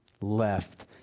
left